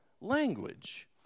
language